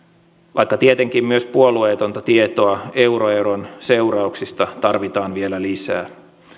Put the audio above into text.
vaikka tietenkin myös puolueetonta tietoa euroeron seurauksista tarvitaan vielä lisää